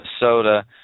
Minnesota